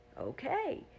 Okay